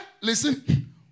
listen